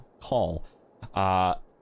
call